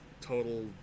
total